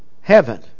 heaven